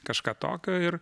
kažką tokio ir